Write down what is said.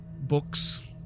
books